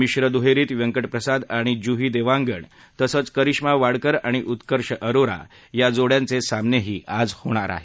मिश्र दुहेरीत व्यंकटप्रसाद आणि जुही देवांगण तसंच करिश्मा वाडकर आणि उत्कर्ष अरोरा या जोड्यांचे सामनेही आज होणार आहेत